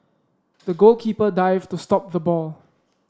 the goalkeeper dived to stop the ball